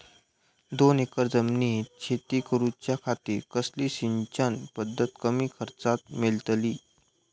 दोन एकर जमिनीत शेती करूच्या खातीर कसली सिंचन पध्दत कमी खर्चात मेलतली?